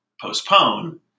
postpone